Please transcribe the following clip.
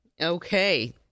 okay